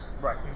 Right